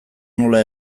nola